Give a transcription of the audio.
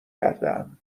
کردهام